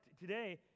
today